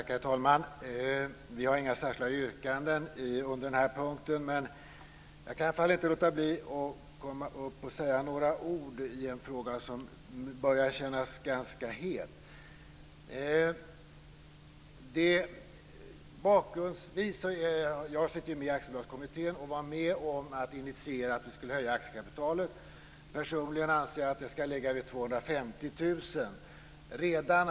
Herr talman! Vi har inga särskilda yrkanden under denna punkt, men jag kan inte låta bli att gå upp i talarstolen för att säga några ord i en fråga som börjar kännas ganska het. Jag sitter med i Aktiebolagskommittén och var med om att initiera att aktiekapitalet skulle höjas. Personligen anser jag att det skall ligga på 250 000 kr.